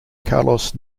carlos